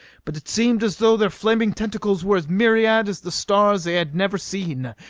but it seemed as though their flailing tentacles were as myriad as the stars they had never seen.